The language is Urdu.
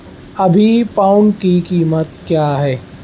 ابھی پاؤنڈ کی قیمت کیا ہے